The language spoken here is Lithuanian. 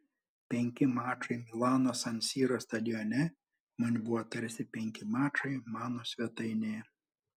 penki mačai milano san siro stadione man buvo tarsi penki mačai mano svetainėje